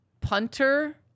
punter